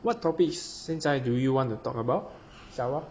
what topics 现在 do you want to talk about shower